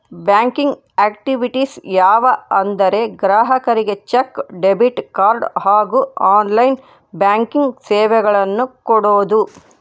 banking activities ಯಾವ ಅಂದರೆ ಗ್ರಾಹಕರಿಗೆ ಚೆಕ್, ಡೆಬಿಟ್ ಕಾರ್ಡ್ ಹಾಗೂ ಆನ್ಲೈನ್ ಬ್ಯಾಂಕಿಂಗ್ ಸೇವೆಗಳನ್ನು ಕೊಡೋದು